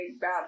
bad